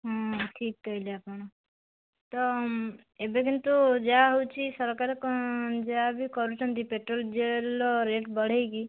ହଁ ଠିକ୍ କହିଲେ ଆପଣ ତ ଏବେ କିନ୍ତୁ ଯାହା ହେଉଛି ସରକାର ଯାହାବି କରୁଛନ୍ତି ପେଟ୍ରୋଲ୍ ଡ଼ିଜେଲ୍ର ରେଟ୍ ବଢ଼ାଇକି